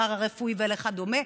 לפארה-רפואי וכדומה.